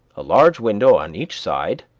a large window on each side,